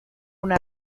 una